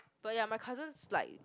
but ya my cousin's like